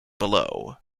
below